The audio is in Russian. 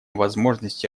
возможности